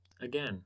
Again